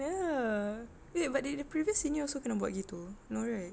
ya wait but did the previous senior also kena buat gitu no right